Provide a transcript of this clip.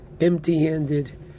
empty-handed